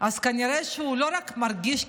אז הוא כנראה לא רק מרגיש עציץ,